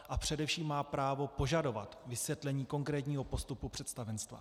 A především má právo požadovat vysvětlení konkrétního postupu představenstva.